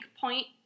point